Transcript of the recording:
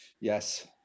yes